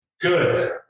Good